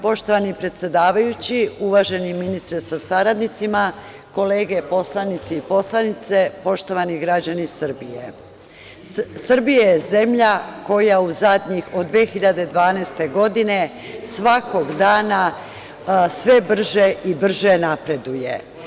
Poštovani predsedavajući, uvaženi ministre sa saradnicima, kolege poslanici i poslanice, poštovani građani Srbije, Srbija je zemlja koja od 2012. godine svakog dana sve brže i brže napreduje.